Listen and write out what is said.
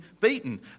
beaten